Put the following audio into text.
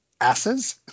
asses